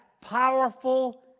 powerful